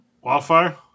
Wildfire